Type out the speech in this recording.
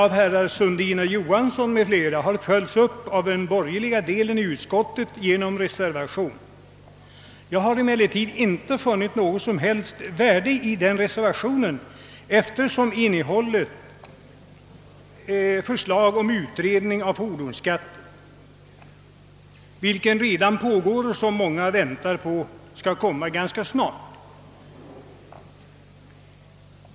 av utskottet följt upp genom en reservation. Jag har emellertid inte funnit något som helst värde i reservationens förslag om en utredning av fordonsbeskattningen, eftersom en sådan utredning pågår och många väntar att dess förslag skall läggas fram ganska snart.